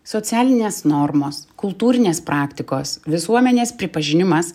socialinės normos kultūrinės praktikos visuomenės pripažinimas